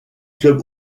club